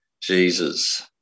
Jesus